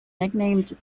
nicknamed